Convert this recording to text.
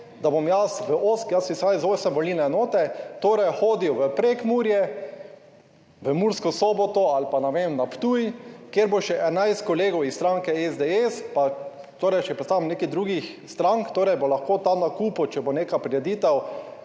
jaz izhajam iz / nerazumljivo/ volilne enote, torej hodijo v Prekmurje, v Mursko Soboto ali pa, ne vem, na Ptuj, kjer bo še 11 kolegov iz stranke SDS pa torej, če predstavim nekaj drugih strank. Torej bo lahko tam na kupu, če bo neka prireditev,